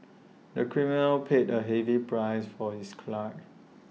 the criminal paid A heavy price for his crime